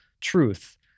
truth